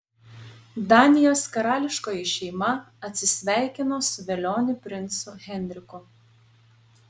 danijos karališkoji šeima atsisveikino su velioniu princu henriku